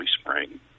spring